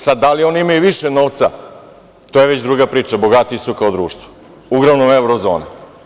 Sad, da li oni imaju više novca, to je već druga priča, bogatiji su kao društvo, uglavnom Evrozone.